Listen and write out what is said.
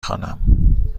خوانم